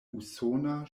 usona